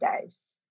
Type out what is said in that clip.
days